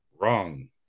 Wrong